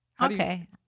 Okay